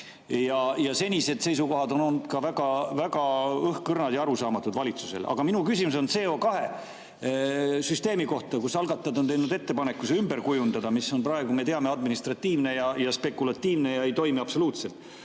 Senised seisukohad on olnud valitsusel ka väga õhkõrnad ja arusaamatud. Aga minu küsimus on CO2‑süsteemi kohta. Algatajad on teinud ettepaneku see ümber kujundada. See on praegu, me teame, administratiivne ja spekulatiivne ja ei toimi absoluutselt.